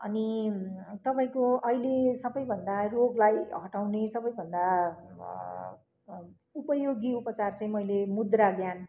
अनि तपाईँको अहिले सबैभन्दा रोगलाई हटाउने सबैभन्दा उपयोगी उपचार चाहिँ मैले मुद्रा ज्ञान